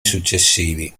successivi